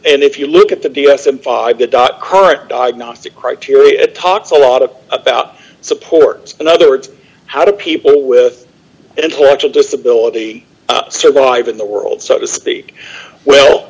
and if you look at the d s m five the dot current diagnostic criteria talks a lot of about support in other words how do people with intellectual disability survive in the world so to speak well